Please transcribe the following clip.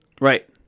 Right